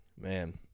Man